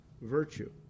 virtue